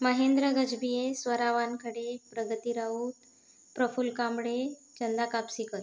Mahendra Gajbhiye Swara Wankhede Pragati Raut Praful Kamde Challa Kapsikar